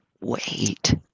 wait